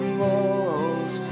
walls